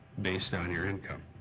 based on your income.